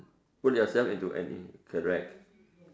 put yourself into any correct